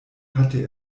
hatte